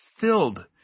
filled